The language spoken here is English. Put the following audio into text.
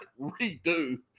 redo